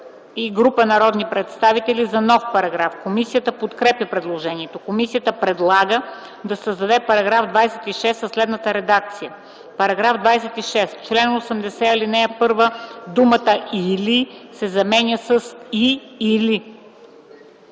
и група народни представители за нов параграф. Комисията подкрепя предложението. Комисията предлага да се създаде § 26 със следната редакция: „§ 26. В чл. 80, ал. 1 думата „или” се заменя с „и/или”.”